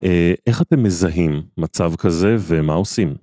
איך אתם מזהים מצב כזה ומה עושים?